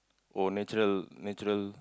oh natural natural